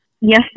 Yes